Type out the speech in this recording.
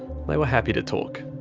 they were happy to talk.